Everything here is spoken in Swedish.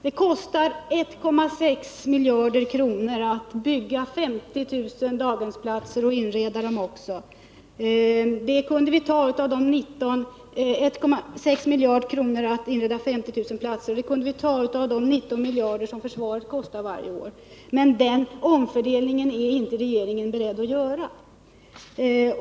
Det kostar 1,6 miljarder kronor att bygga och inreda 50 000 daghemsplatser. De pengarna kunde vi ta av de 19 miljarder som försvaret kostar varje år. Men den omfördelningen är inte regeringen beredd att göra.